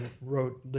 wrote